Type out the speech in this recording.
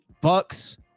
Bucks